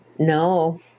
No